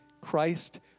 Christ